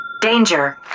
Danger